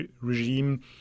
regime